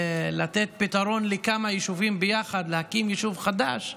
לתת פתרון לכמה יישובים יחד ולהקים יישוב חדש,